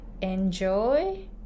enjoy